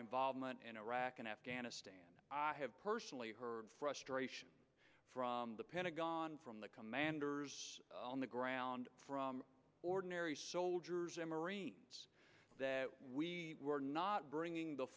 involvement in iraq and afghanistan i have personally heard frustrate from the pentagon from the commanders on the ground from ordinary soldiers and marines that we were not bringing the